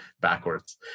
backwards